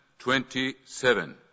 27